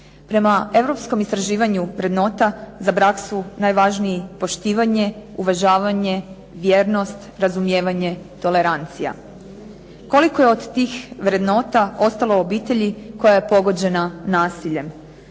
Prema europskom istraživanju vrednota za brak su najvažniji poštivanje, uvažavanje, vjernost, razumijevanje, tolerancija. Koliko je od tih vrednota ostalo u obitelji koja je pogođena nasiljem?